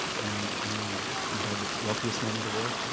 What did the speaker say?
and you had the wealthiest man in the world,